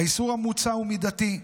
האיסור המוצע הוא מידתי,